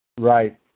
Right